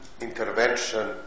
intervention